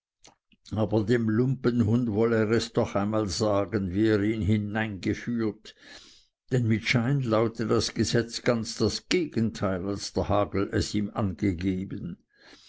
aber dem lumpenhund wolle er es doch einmal sagen wie er ihn hineingeführt denn mit schein laute das gesetz ganz das gegenteil als der hagel es ihm angegeben